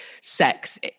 sex